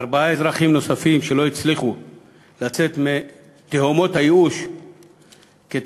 ארבעה אזרחים נוספים שלא הצליחו לצאת מתהומות הייאוש כתוצאה